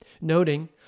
noting